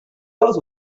goes